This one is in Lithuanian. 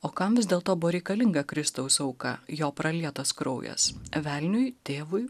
o kam vis dėlto buvo reikalinga kristaus auka jo pralietas kraujas velniui tėvui